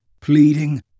Pleading